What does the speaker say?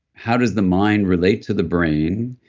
how does the mind relate to the brain,